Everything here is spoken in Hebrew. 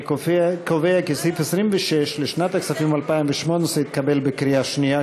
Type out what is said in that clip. אני קובע כי סעיף 26 לשנת הכספים 2018 התקבל בקריאה שנייה,